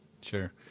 Sure